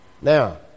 Now